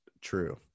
true